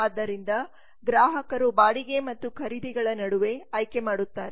ಆದ್ದರಿಂದ ಗ್ರಾಹಕರು ಬಾಡಿಗೆ ಮತ್ತು ಖರೀದಿಗಳ ನಡುವೆ ಆಯ್ಕೆ ಮಾಡುತ್ತಾರೆ